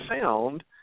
found